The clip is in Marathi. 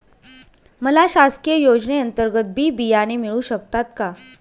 मला शासकीय योजने अंतर्गत बी बियाणे मिळू शकतात का?